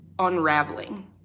unraveling